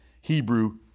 Hebrew